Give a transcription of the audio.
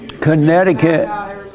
Connecticut